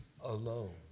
alone